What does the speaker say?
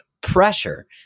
pressure